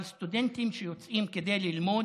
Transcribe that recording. אבל סטודנטים שיוצאים כדי ללמוד,